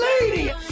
Lady